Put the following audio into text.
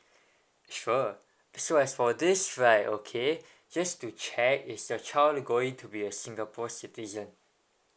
sure so as for this right okay just to check is your child going to be a singapore citizen